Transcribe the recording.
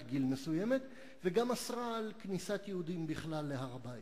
גיל מסוימת וגם אסרה כניסת יהודים בכלל להר-הבית.